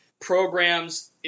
programs